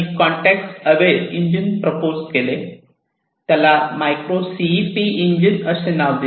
context aware engine propose केले त्याला micro CEP engine असे नाव दिले